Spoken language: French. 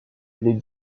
les